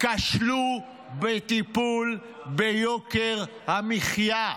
כשלו בטיפול ביוקר המחיה.